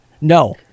No